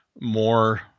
more